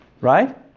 Right